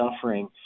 suffering